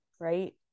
right